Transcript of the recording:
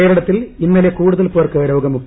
കേരളത്തിൽ ന് ഇന്നലെ കൂടുതൽ പേർക്ക് രോഗമുക്തി